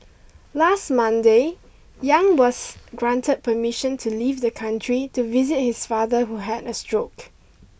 last Monday Yang was granted permission to leave the country to visit his father who had a stroke